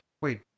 Wait